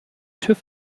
tüv